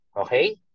Okay